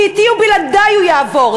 כי אתי או בלעדי הוא יעבור.